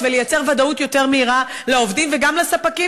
ולייצר ודאות יותר מהירה לעובדים וגם לספקים,